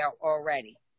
already